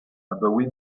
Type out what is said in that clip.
abaoe